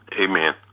Amen